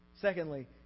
Secondly